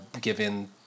given